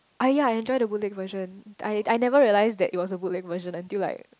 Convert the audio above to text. ah ya I enjoy the boot lick version I I never realize that it was a boot lick version until like